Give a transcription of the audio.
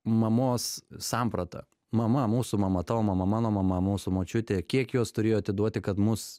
mamos sampratą mama mūsų mama tavo mama mano mama mūsų močiutė kiek jos turėjo atiduoti kad mus